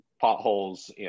potholes